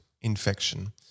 infection